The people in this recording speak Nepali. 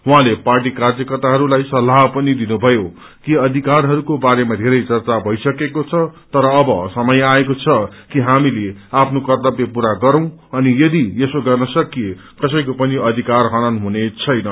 उहाँले पार्टी कार्यकर्ताहरूलाई सल्लाह दिनुभयो कि अधिकारहरूको बारेमा धेरै चर्चा भइसकेको छ तर अब समय आएको छ कि हामीले आफ्नो कच्चव्य पूरा गरौँ अनि यदि यसो गर्न सकिए कसैको पनि अधिकार हनन हुनेछैन